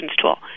tool